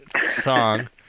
song